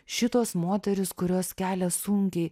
šitos moterys kurios kelia sunkiai